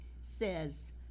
says